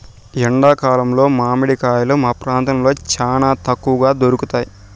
ఎండా కాలంలో మామిడి కాయలు మా ప్రాంతంలో చానా తక్కువగా దొరుకుతయ్